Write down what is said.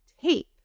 tape